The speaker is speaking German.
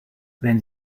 wenn